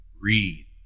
Read